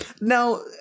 Now